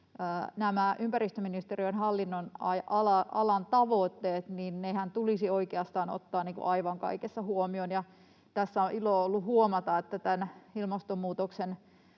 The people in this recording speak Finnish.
ympäristöministeriön hallinnonalan tavoitteet tulisi oikeastaan ottaa aivan kaikessa huomioon. Tässä on ilo ollut huomata, että tämän ilmastonmuutoksen